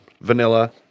vanilla